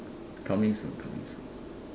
coming soon coming soon